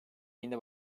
ayında